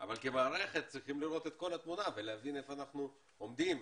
אבל כמערכת צריכים לראות את כל התמונה ולהבין איפה אנחנו עומדים.